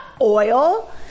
oil